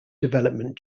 development